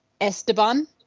Esteban